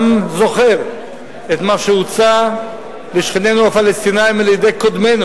זוכר את מה שהוצע לשכנינו הפלסטינים על-ידי קודמינו,